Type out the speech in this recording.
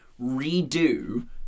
redo